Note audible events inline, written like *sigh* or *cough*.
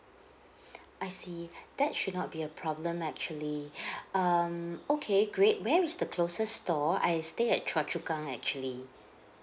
I see that should not be a problem actually *breath* um okay great where is the closest store I stay at choa chu kang actually